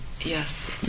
yes